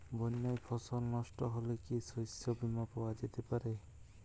বন্যায় ফসল নস্ট হলে কি শস্য বীমা পাওয়া যেতে পারে?